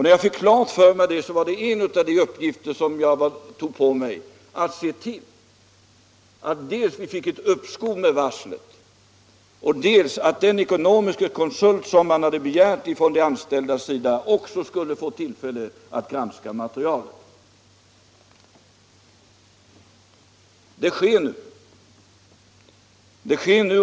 När jag fick klart för mig detta tog jag på mig att söka medverka till att det dels blev ett uppskov med varslet, dels att den ekonomiske konsult som de anställda begärt fick granska materialet. Detta sker nu.